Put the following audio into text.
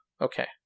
Okay